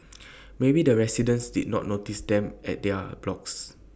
maybe the residents did not notice them at their blocks